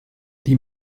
die